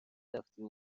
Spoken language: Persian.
رفتیم